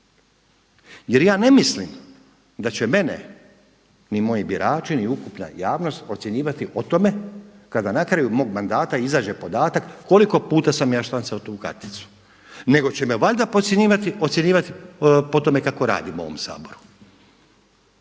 jer ja ne mislim da će mene ni moji birači ni ukupna javnost ocjenjivati o tome kada na kraju mog mandata izađe podatak koliko puta sam ja štancao tu karticu nego će me valjda ocjenjivati po tome kako radim u ovom Saboru,